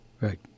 right